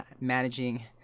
managing